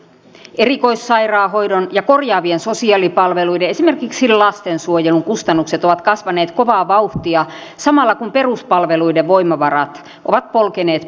erikoissairaanhoidon ja korjaavien sosiaalipalveluiden esimerkiksi lastensuojelun kustannukset ovat kasvaneet kovaa vauhtia samalla kun peruspalveluiden voimavarat ovat polkeneet paikallaan